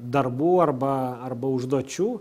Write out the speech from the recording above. darbų arba arba užduočių